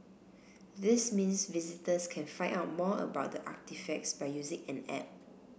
this means visitors can find out more about the artefacts by using an app